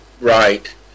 right